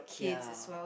ya